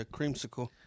creamsicle